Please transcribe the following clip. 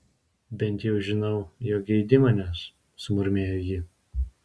bent jau žinau jog geidi manęs sumurmėjo ji